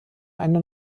eine